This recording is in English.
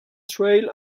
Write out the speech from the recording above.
trail